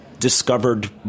Discovered